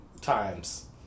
times